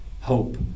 hope